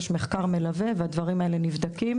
יש מחקר מלווה והדברים האלה נבדקים.